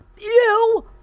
Ew